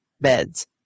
beds